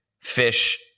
fish